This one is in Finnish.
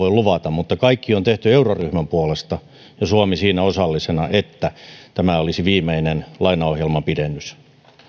luvata kaikki on tehty euroryhmän puolesta ja suomi on siinä osallisena että tämä olisi viimeinen lainaohjelman pidennys